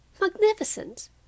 magnificent